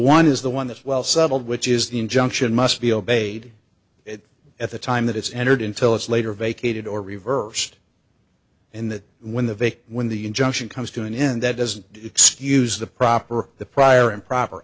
one is the one that's well settled which is the injunction must be obeyed at the time that it's entered in tell us later vacated or reversed and that when the victim when the injunction comes to an end that doesn't excuse the proper or the prior improper